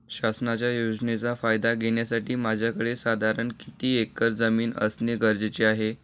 शासनाच्या योजनेचा फायदा घेण्यासाठी माझ्याकडे साधारण किती एकर जमीन असणे गरजेचे आहे?